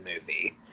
movie